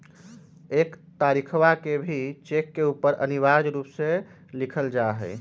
एक तारीखवा के भी चेक के ऊपर अनिवार्य रूप से लिखल जाहई